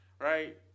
right